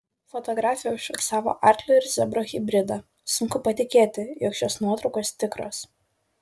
fotografė užfiksavo arklio ir zebro hibridą sunku patikėti jog šios nuotraukos tikros